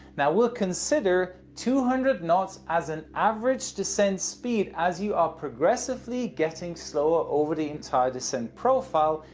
now we'll consider two hundred knots as an average descent speed as you are progressively getting slower over the entire descent profile,